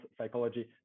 psychology